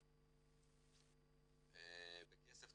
בכסף,